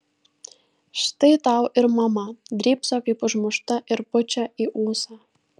štai tau ir mama drybso kaip užmušta ir pučia į ūsą